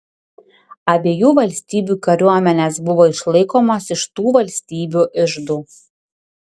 abiejų valstybių kariuomenės buvo išlaikomos iš tų valstybių iždų